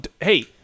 Hey